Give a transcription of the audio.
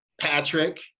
Patrick